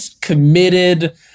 committed